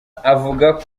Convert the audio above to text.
avuga